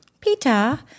Peter